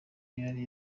yari